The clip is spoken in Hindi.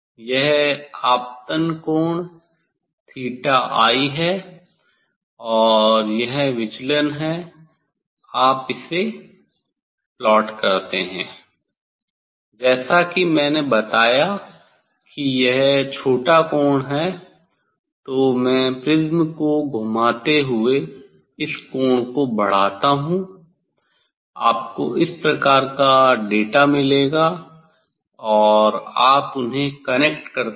यह आपतन कोण थीटा आई है और यह विचलन है आप इसे प्लाट करते हैं जैसा कि मैंने बताया कि यह छोटा कोण है तो मैं प्रिज्म को घुमाते हुए इस कोण को बढ़ाता हूं आपको इस प्रकार का डेटा मिलेगा और आप उन्हें कनेक्ट करते हैं